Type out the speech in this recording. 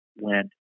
went